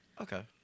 Okay